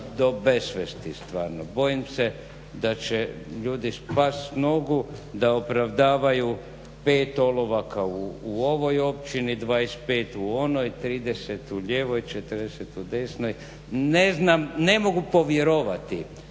do besvijesti stvarno. Bojim se da će ljudi spast s nogu, da opravdavaju 5 olovaka u ovoj općini, 25 u onoj, 30 u lijevoj, 40 u desnoj. Ne znam, ne mogu povjerovati,